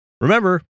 Remember